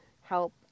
help